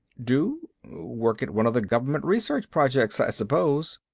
do? work at one of the government research projects, i suppose.